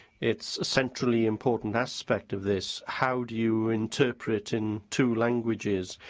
it's a centrally important aspect of this how do you interpret in two languages,